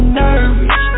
nervous